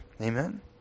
Amen